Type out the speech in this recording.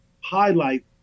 highlight